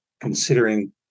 considering